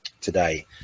today